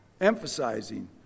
emphasizing